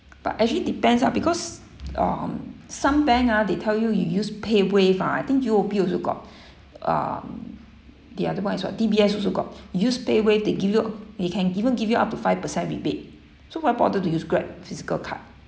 but actually depends ah because um some bank ah they tell you you use paywave ah I think U_O_B also got um the otherwise what D_B_S also got you use payWave they give you they can even give you up to five percent rebate so why bother to use Grab physical card